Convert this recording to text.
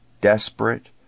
Desperate